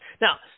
Now